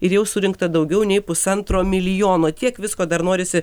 ir jau surinkta daugiau nei pusantro milijono tiek visko dar norisi